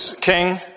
king